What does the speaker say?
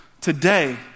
today